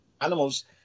animals